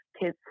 kids